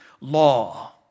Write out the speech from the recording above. law